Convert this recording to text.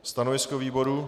Stanovisko výboru?